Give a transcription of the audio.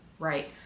Right